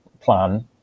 plan